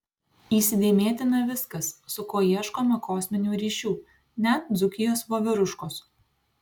įsidėmėtina viskas su kuo ieškoma kosminių ryšių net dzūkijos voveruškos